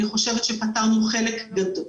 אני חושבת שבכך פתרנו חלק גדול